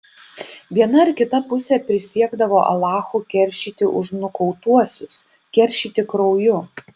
viena ar kita pusė prisiekdavo alachu keršyti už nukautuosius keršyti krauju